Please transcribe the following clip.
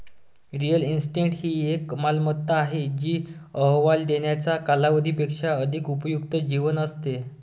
real estate ही एक मालमत्ता आहे जी अहवाल देण्याच्या कालावधी पेक्षा अधिक उपयुक्त जीवन असते